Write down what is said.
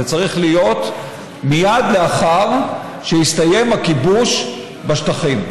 זה צריך להיות מייד לאחר שיסתיים הכיבוש בשטחים.